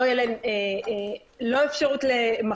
לא יהיה להן לא אפשרות למחלה,